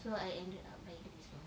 so I ended up buying this one